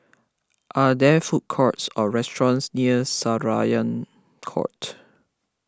are there food courts or restaurants near Syariah Court